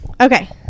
Okay